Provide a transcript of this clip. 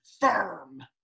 Firm